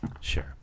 Sure